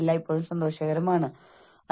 അതിനാൽ അത് ഒരു സമ്മർദ്ദം ആകാം